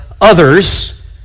others